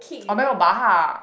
[oh]-my-god Baha